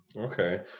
Okay